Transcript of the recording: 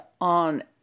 on